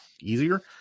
easier